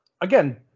again –